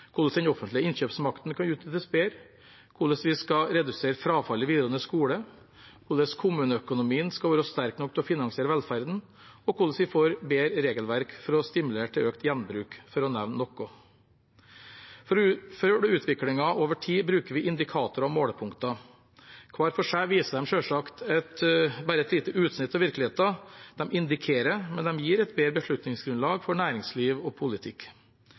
hvordan den offentlige innkjøpsmakten kan utnyttes bedre, hvordan vi skal redusere frafallet i videregående skole, hvordan kommuneøkonomien skal være sterk nok til å finansiere velferden, og hvordan vi får bedre regelverk for å stimulere til økt gjenbruk – for å nevne noe. Følger man utviklingen over tid, bruker vi indikatorer og målepunkter. Hver for seg viser de selvsagt bare et lite utsnitt av virkeligheten; de indikerer, men de gir et bedre beslutningsgrunnlag for næringsliv og politikk.